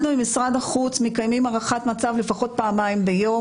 אנחנו עם משרד החוץ מקיימים הערכת מצב לפחות פעמיים ביום,